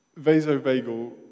Vasovagal